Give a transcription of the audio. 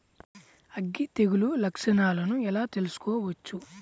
అగ్గి తెగులు లక్షణాలను ఎలా తెలుసుకోవచ్చు?